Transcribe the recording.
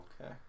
okay